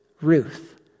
Ruth